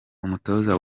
umutoza